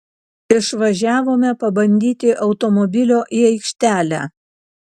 išvažiavome pabandyti automobilio į aikštelę